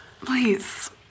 Please